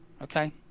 okay